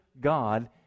God